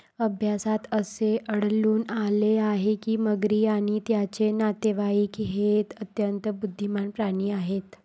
अभ्यासात असे आढळून आले आहे की मगरी आणि त्यांचे नातेवाईक हे अत्यंत बुद्धिमान प्राणी आहेत